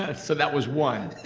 ah so that was one.